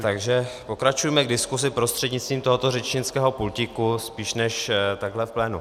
Takže pokračujme v diskuzi prostřednictvím tohoto řečnického pultíku spíš, než takhle v plénu.